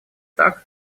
так